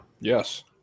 Yes